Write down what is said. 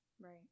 right